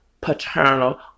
paternal